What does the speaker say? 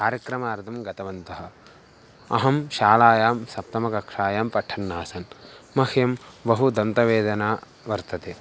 कार्यक्रमार्थं गतवन्तः अहं शालायां सप्तमकक्ष्यायां पठन् आसन् मह्यं बहु दन्तवेदना वर्तते